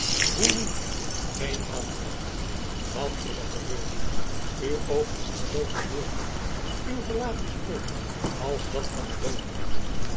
hoe nu geen antwoord wat is er gebeurd uw oogen staan zoo verwilderd uw gelaat is bleek als dat van een doode